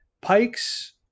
Pike's